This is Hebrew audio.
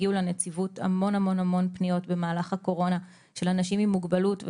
הגיעו לנציבות המון המון פניות במהלך הקורונה של אנשים עם מוגבלות,